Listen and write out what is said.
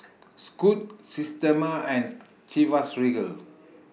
Scoot Systema and Chivas Regal